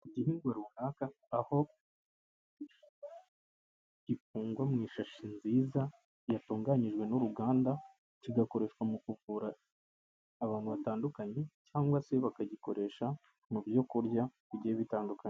Igihingwa runaka aho gifungwa mu ishashi nziza yatunganyijwe n'uruganda, kigakoreshwa mu kuvura abantu batandukanye cyangwa se bakagikoresha mu byo kurya bigiye bitandukanye.